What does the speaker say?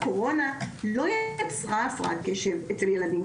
הקורונה לא יצרה הפרעת קשב אצל ילדים,